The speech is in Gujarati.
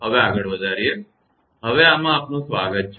હવે આમાં આપનું સ્વાગત છે